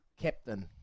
captain